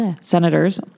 senators